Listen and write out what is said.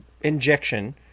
injection